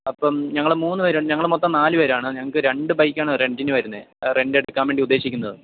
അപ്പം ഞങ്ങൾ മൂന്ന് പേര് ഞങ്ങൾ മൊത്തം നാല് പേരാണ് ഞങ്ങൾക്ക് രണ്ട് ബൈക്കാണ് റെൻ്റിന് വരുന്നത് റെന്റ് എടുക്കാൻ വേണ്ടി ഉദ്ദേശിക്കുന്നത്